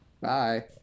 bye